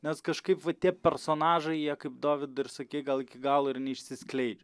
nes kažkaip va tie personažai jie kaip dovydai ir sakei gal iki galo ir neišsiskleidžia